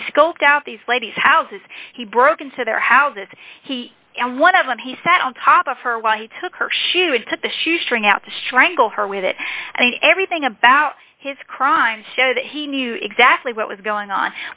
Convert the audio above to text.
he scoped out these ladies houses he broke into their houses he one of them he sat on top of her while he took her she would took the shoe string out to strangle her with it and everything about his crime show that he knew exactly what was going on